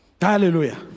Hallelujah